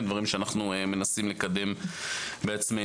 דברים שאנחנו מנסים לקדם בעצמנו.